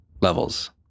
levels